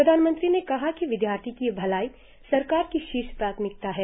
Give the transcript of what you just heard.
प्रधानमंत्री ने कहा कि विद्यार्थियों की भलाई सरकार की शीर्ष प्राथमिकता है